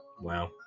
Wow